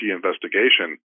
investigation